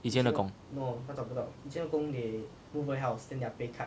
以前的工